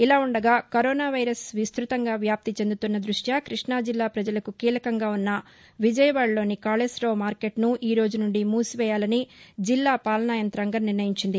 ఇలా ఉండగా corona virus విస్తృతంగా వ్యాప్తి చెందుతున్న దృష్ట్యా కృష్ణుజిల్లా ప్రజలకు కీలకంగా ఉన్న విజయవాడలోని కాళేశ్వరరావు మార్కెట్ను ఈ రోజు నుండి మూసివేయాలని జిల్లా పాలనా యంతాంగం నిర్ణయించింది